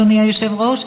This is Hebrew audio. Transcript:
אדוני היושב-ראש,